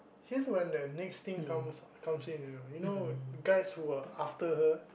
here's when the next thing comes comes in you know you know guys who were after her